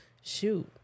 shoot